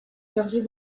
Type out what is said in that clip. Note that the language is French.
chargée